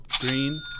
Green